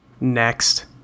Next